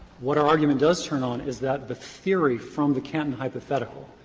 what our argument does turn on is that the theory from the canton hypothetical,